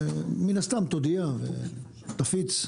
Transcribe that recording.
מן הסתם תודיע ותפיץ.